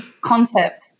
concept